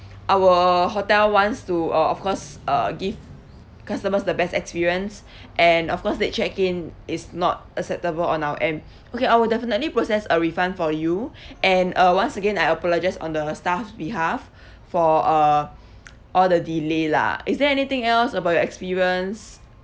our hotel wants to uh of course uh give customers the best experience and of course that check in is not acceptable on our end okay I will definitely process a refund for you and uh once again I apologise on the staff's behalf for uh all the delay lah is there anything else about your experience